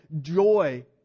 joy